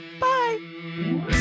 Bye